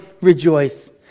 rejoice